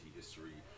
history